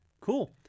cool